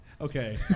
Okay